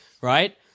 right